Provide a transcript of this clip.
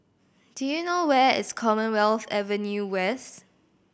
do you know where is Commonwealth Avenue West